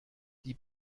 die